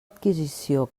adquisició